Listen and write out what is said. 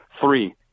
Three